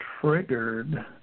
triggered